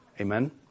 Amen